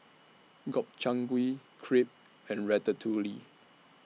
Gobchang Gui Crepe and Ratatouille